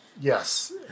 Yes